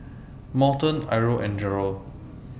Morton Irl and Jerald